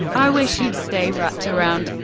i wish you'd stay, wrapped around,